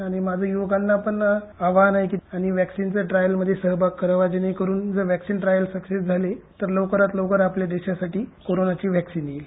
आणि माझं युवकांना पण आवाहन आहे की वॅक्सीनच्या ट्रायलमध्ये सहभाग करावा जेणेकरुन तुमचं वॅक्सीन ट्रायल सक्सेस झाली तर लवकरात लवकर आपल्या देशासाठी कोरोनाची वॅक्सीन येईल